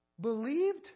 believed